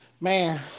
Man